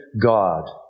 God